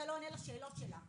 אתה לא עונה לשאלות שלה,